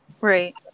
Right